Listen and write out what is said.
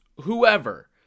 whoever